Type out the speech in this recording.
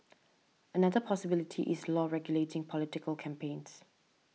another possibility is law regulating political campaigns